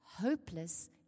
hopeless